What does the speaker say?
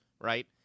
right